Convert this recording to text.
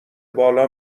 بالا